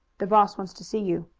the boss wants to see you,